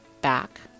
back